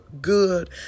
good